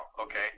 okay